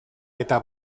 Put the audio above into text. eta